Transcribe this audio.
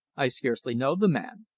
i scarcely know the man.